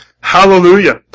Hallelujah